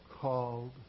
called